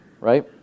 Right